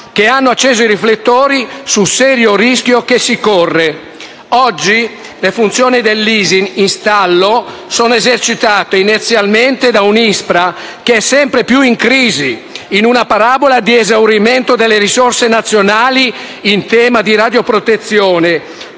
che hanno acceso i riflettori sul serio rischio che si corre. Oggi le funzioni dell'ISIN in stallo sono esercitate, inerzialmente, da un ISPRA che è sempre più in crisi, in una parabola di esaurimento delle risorse nazionali in tema di radioprotezione,